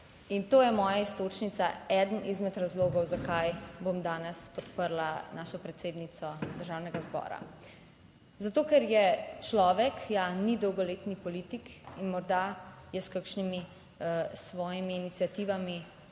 In to je moja iztočnica, eden izmed razlogov, zakaj bom danes podprla našo predsednico Državnega zbora. Zato ker je človek, ja, ni dolgoletni politik in morda je s kakšnimi svojimi iniciativami